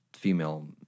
female